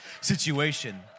situation